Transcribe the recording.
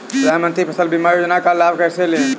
प्रधानमंत्री फसल बीमा योजना का लाभ कैसे लें?